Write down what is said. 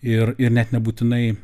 ir ir net nebūtinai